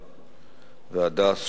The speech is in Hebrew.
אלעד בן הארבע והדס,